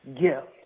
gift